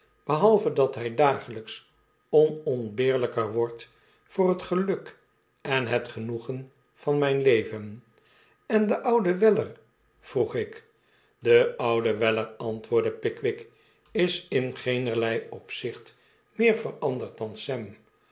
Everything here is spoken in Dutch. behalve dat hij dagelyks onontbeerlyker wordt voor het geluk en het genoegen van myn leven en de oude weller vroegik de oude weller antwoordde pickwick is in geenerlei opzicht meer veranderd dan sam